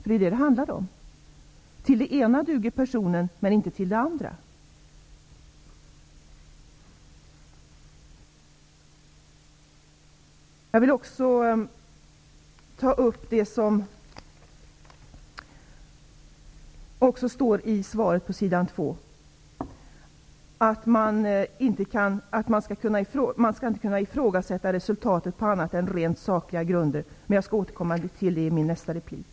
Det är vad det handlar om. Till det ena uppdraget duger personen men inte till det andra. Jag vill också ta upp det som står på s. 2 i svaret, att man inte skall kunna ifrågasätta resultatet på annat än rent sakliga grunder, men det får jag återkomma till i mitt nästa inlägg.